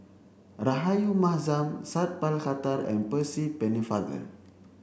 Rahayu Mahzam Sat Pal Khattar and Percy Pennefather